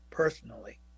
Personally